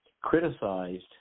criticized